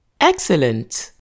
Excellent